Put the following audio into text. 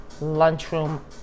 lunchroom